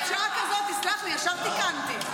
בשעה כזאת, תסלח לי, ישר תיקנתי.